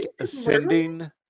ascending